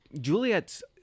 Juliet's